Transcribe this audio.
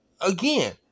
Again